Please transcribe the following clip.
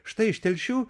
štai iš telšių